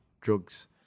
drugs